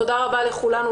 תודה רבה לכולם.